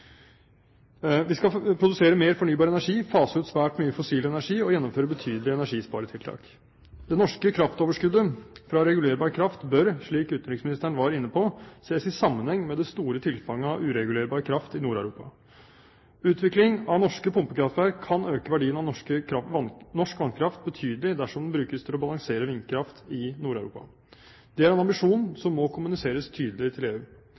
Vi skal produsere mer fornybar energi, fase ut svært mye fossil energi og gjennomføre betydelige energisparetiltak. Det norske kraftoverskuddet fra regulerbar kraft bør – slik utenriksministeren var inne på – ses i sammenheng med det store tilfanget av uregulerbar kraft i Nord-Europa. Utvikling av norske pumpekraftverk kan øke verdien av norsk vannkraft betydelig dersom den brukes til å balansere vindkraft i Nord-Europa. Det er en ambisjon som må kommuniseres tydelig til EU.